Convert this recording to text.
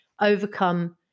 overcome